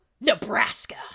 nebraska